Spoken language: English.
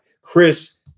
Chris